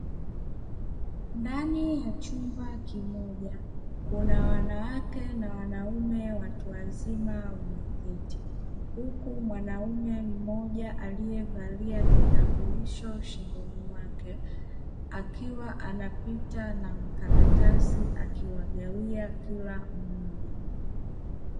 Ndani ya chumba kimoja kuna wanawake na wanaume watu wazima wameketi. Huku mwanaume mmoja alievalia kitambulisho shingoni mwake, akiwa anapita na makaratasi akiwagaia kila mmoja.